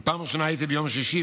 אם בפעם הראשונה הייתי ביום שישי,